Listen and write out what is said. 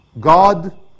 God